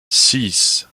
six